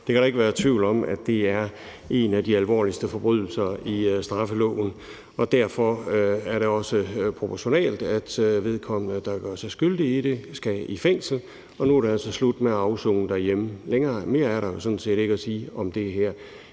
Der kan ikke være tvivl om, at det er en af de alvorligste forbrydelser i straffeloven, og derfor er det også proportionalt, at vedkommende, der gør sig skyldig i det, skal i fængsel. Og nu er det altså slut med at afsone derhjemme. Mere er der jo sådan set ikke at sige om det her.